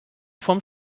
von